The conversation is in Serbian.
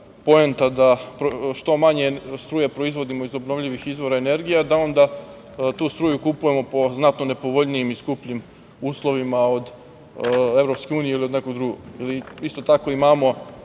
poenta da što manje struje proizvodimo iz obnovljivih izvora energije, a da onda tu struju kupujemo po znatno nepovoljnijim i skupljim uslovima od Evropske unije ili nekog drugog. Isto tako imamo